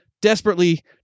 desperately